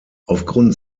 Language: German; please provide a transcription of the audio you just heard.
aufgrund